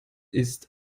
ist